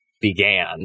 began